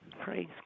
Praise